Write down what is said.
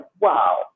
wow